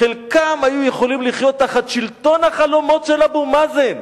חלקם היו יכולים לחיות תחת שלטון החלומות של אבו מאזן,